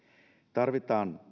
tarvitaan